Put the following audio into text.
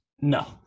No